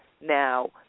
Now